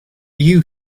you